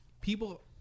people